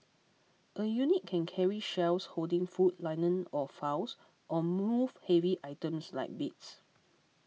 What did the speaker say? a unit can carry shelves holding food linen or files or move heavy items like beats